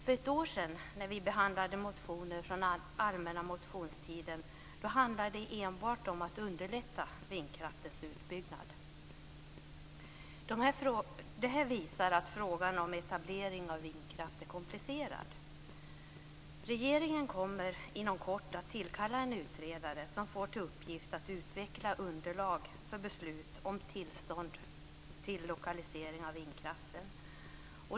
För ett år sedan, då vi behandlade motioner från den allmänna motionstiden, handlade det enbart om att underlätta vindkraftens utbyggnad. Det här visar att frågan om etablering av vindkraft är komplicerad. Regeringen kommer inom kort att tillkalla en utredare som får i uppgift att utveckla underlag för beslut om tillstånd för lokalisering av vindkraften.